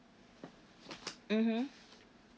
mmhmm